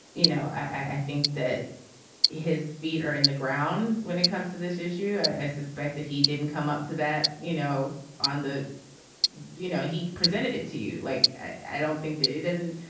you know i think that his feet are in the ground when it comes to this issue. i suspect that he didn't come up to that you know on the you know he presented it to you like i don't think it isn't.